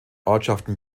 ortschaften